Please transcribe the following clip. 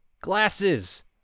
Glasses